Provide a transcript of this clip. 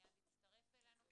שמיד יצטרף אלינו,